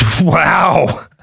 Wow